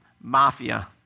Mafia